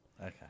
Okay